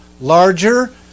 larger